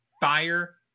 fire